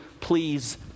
please